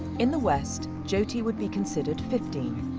in the west jyoti would be considered fifteen